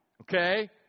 okay